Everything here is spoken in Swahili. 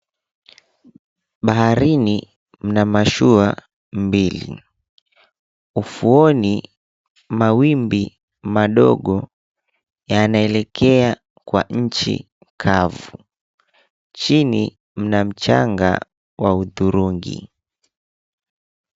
Baharini mna mashua mbili, ufuoni mawimbi madogo yanaelekea kwa Nchi kavu chini, mna mchanga wa udhurungi.